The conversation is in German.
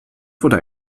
wurde